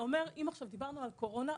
אם עכשיו דיברנו על קורונה,